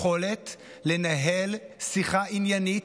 אחדות היא היכולת לנהל שיחה עניינית,